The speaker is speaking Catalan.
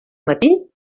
matí